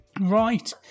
Right